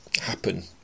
happen